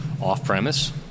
off-premise